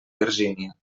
virgínia